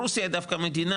רוסיה היא דווקא מדינה,